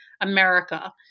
America